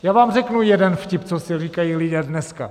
Já vám řeknu jeden vtip, co si říkají lidé dneska.